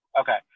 Okay